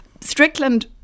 Strickland